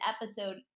episode